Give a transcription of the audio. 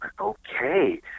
okay